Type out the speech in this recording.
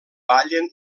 ballen